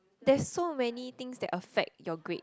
that's so many things that affect your grade